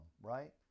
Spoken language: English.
right